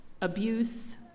abuse